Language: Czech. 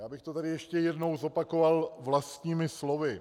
Já bych to tady ještě jednou zopakoval vlastními slovy.